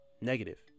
negative